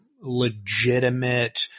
legitimate